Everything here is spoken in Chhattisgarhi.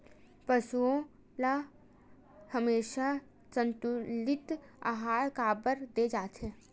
पशुओं ल हमेशा संतुलित आहार काबर दे जाथे?